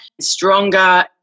stronger